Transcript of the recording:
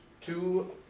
two